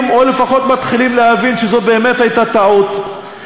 או לפחות מתחילים להבין שזו באמת הייתה טעות,